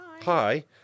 Hi